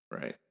Right